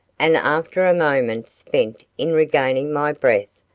and after a moment spent in regaining my breath,